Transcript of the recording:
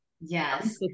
Yes